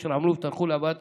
אשר עמלו וטרחו להבאת